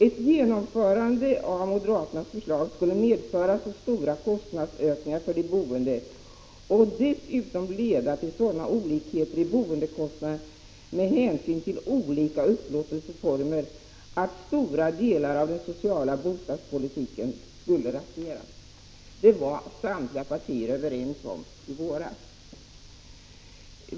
Ett genomförande av moderaternas förslag skulle medföra så stora kostnadsökningar för de boende och dessutom leda till sådana olikheter i boendekostnader med hänsyn till olika upplåtelseformer att stora delar av den sociala bostadspolitiken skulle raseras. Detta var samtliga övriga partier överens om i våras.